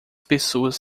pessoas